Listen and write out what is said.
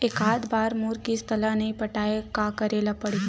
एकात बार मोर किस्त ला नई पटाय का करे ला पड़ही?